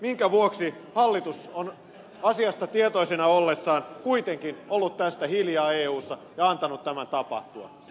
minkä vuoksi hallitus on asiasta tietoisena ollessaan kuitenkin ollut tästä hiljaa eussa ja antanut tämän tapahtua